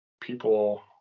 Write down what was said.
people